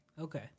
Okay